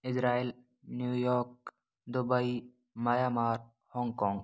Israel New York Dubai Myanmar Hong Kong